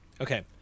Okay